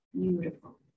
Beautiful